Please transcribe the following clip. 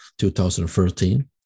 2013